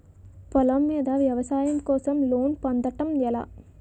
పొలం మీద వ్యవసాయం కోసం లోన్ పొందటం ఎలా?